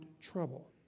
trouble